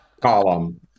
column